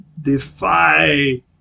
defy